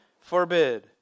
forbid